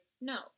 no